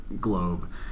globe